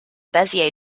bezier